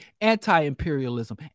anti-imperialism